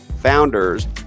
founders